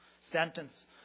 sentence